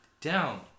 Down